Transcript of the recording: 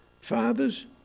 Fathers